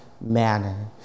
manner